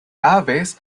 aves